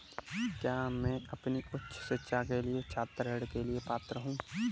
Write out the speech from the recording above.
क्या मैं अपनी उच्च शिक्षा के लिए छात्र ऋण के लिए पात्र हूँ?